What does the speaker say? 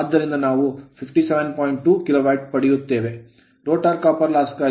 rotor copper loss rotor ತಾಮ್ರದ ನಷ್ಟ ಕ್ಕಾಗಿ ನಾವು ಈ ಸೂತ್ರವನ್ನು ಪಡೆದಿದ್ದೇವೆ sPG